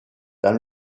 dans